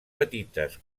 petites